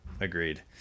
Agreed